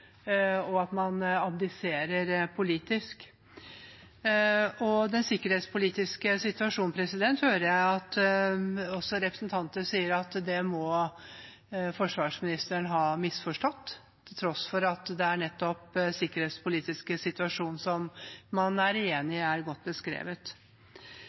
og at man abdiserer politisk. Jeg hører også representanter si at forsvarsministeren må ha misforstått den sikkerhetspolitiske situasjonen, til tross for at det er nettopp den sikkerhetspolitiske situasjonen man er